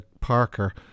Parker